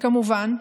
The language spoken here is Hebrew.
כמובן,